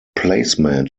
placement